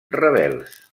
rebels